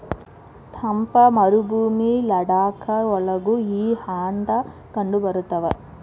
ತಂಪ ಮರಭೂಮಿ ಲಡಾಖ ಒಳಗು ಈ ಆಡ ಕಂಡಬರತಾವ